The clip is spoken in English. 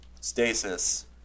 Stasis